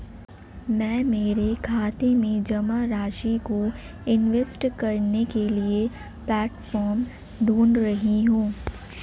मैं मेरे खाते में जमा राशि को इन्वेस्ट करने के लिए प्लेटफॉर्म ढूंढ रही हूँ